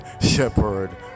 shepherd